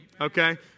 Okay